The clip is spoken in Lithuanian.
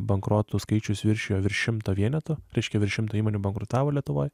bankrotų skaičius viršijo virš šimto vienetų reiškia virš šimto įmonių bankrutavo lietuvoj